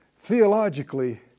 theologically